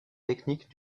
techniques